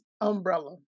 umbrella